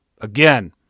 Again